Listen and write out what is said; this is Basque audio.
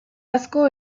asko